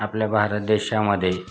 आपल्या भारत देशामध्ये